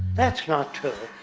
that's not true.